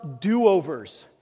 do-overs